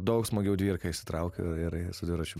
daug smagiau dvirką išsitraukiu ir ir su dviračiu